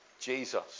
Jesus